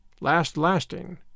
last-lasting